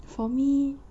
for me